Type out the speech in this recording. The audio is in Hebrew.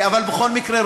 אבל בכל מקרה,